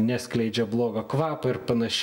neskleidžia blogo kvapo ir panašiai